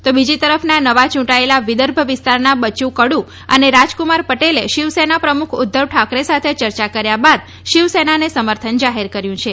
તો બીજી તરફ નવા ચૂંટાયેલા વિદર્ભ વિસ્તારના બયુ કડુ અને રાજકુમાર પટેલે શિવસેના પ્રમુખ ઉધ્ધવ ઠાકરે સાથે ચર્ચા કર્યા બાદ શિવસેનાને સમર્થન જાહેર કર્યું છે